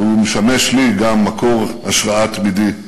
והוא משמש לי גם מקור השראה תמידי.